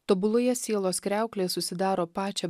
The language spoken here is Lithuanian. tobuloje sielos kriauklėje susidaro pačią